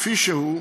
כפי שהוא,